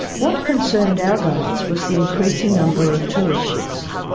what concerned our guides was the increasing number of tourist ships.